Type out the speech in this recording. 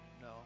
No